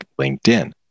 LinkedIn